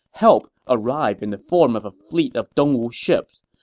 help arrived in the form of a fleet of dongwu ships.